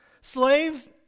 Slaves